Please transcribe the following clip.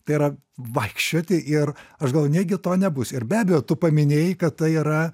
tai yra vaikščioti ir aš galvoju negi to nebus ir be abejo tu paminėjai kad tai yra